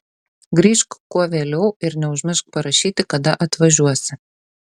grįžk kuo vėliau ir neužmiršk parašyti kada atvažiuosi